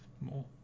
more